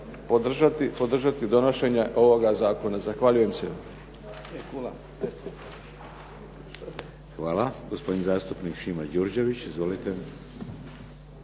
podržati donošenje ovoga zakona. Zahvaljujem se.